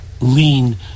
lean